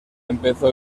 empezó